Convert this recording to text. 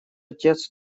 отец